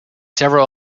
several